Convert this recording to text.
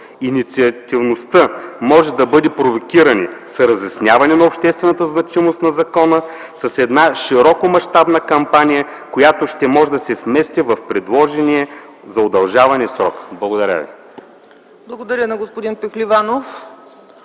Инициативността може да бъде провокирана с разясняване на обществената значимост на закона, с една широкомащабна кампания, която ще може да се вмести в предложения за удължаване срок. Благодаря ви. ПРЕДСЕДАТЕЛ ЦЕЦКА ЦАЧЕВА: Благодаря на господин Пехливанов.